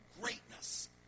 greatness